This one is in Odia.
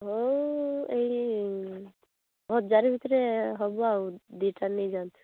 ହଁ ଏଇ ହଜାର ଭିତରେ ହେବ ଆଉ ଦୁଇଟା ନେଇଯାଆନ୍ତୁ